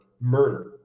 murder